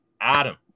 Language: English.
Adam